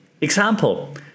Example